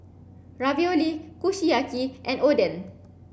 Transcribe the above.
Ravioli Kushiyaki and Oden